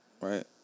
right